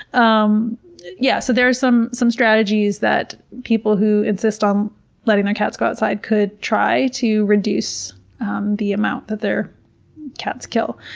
um yeah so there are some some strategies that people who insist on letting their cats go outside could try to reduce the amount that their cats kill.